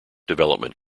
development